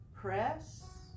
press